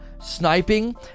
sniping